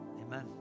amen